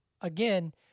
again